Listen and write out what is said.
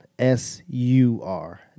S-U-R